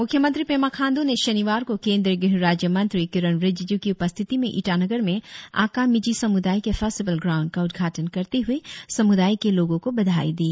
मुख्यमंत्री पेमा खांडू ने शनिवार को केंद्रीय गृह राज्य मंत्री किरेन रिजिजू की उपस्थिति में ईटानगर में आका मिजी समुदाय के फेस्टिबल ग्राऊण्ड का उद्घाटन करते हुए समुदायी के लोगों को बधाई दी